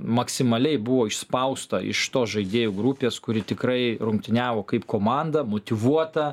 maksimaliai buvo išspausta iš to žaidėjų grupės kuri tikrai rungtyniavo kaip komanda motyvuota